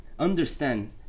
understand